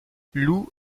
lou